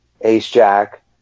ace-jack